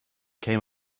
came